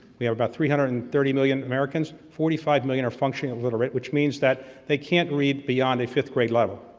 we have about three hundred and thirty million americans, forty five million are functionally illiterate, which means that they can't read beyond a fifth grade level.